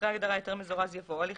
אחרי ההגדרה "היתר מזורז" יבוא: ""הליך